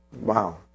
Wow